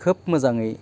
खोब मोजाङै